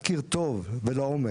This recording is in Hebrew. מכיר טוב ולעומק,